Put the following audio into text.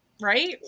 right